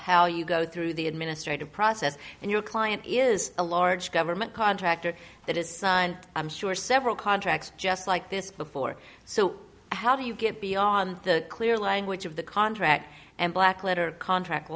how you go through the administrative process and your client is a large government contractor that is son i'm sure several contracts just like this before so how do you get beyond the clear language of the contract and black letter contract